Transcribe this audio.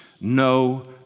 no